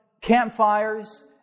campfires